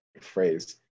phrase